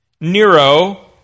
Nero